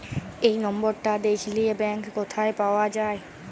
এই লম্বরটা দ্যাখলে ব্যাংক ক্যথায় পাউয়া যায়